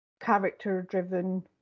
character-driven